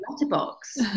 letterbox